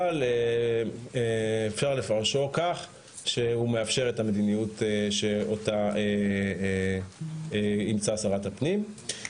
אבל אפשר לפרשו כך שהוא מאפשר את המדיניות שאותה אימצה שרת הפנים.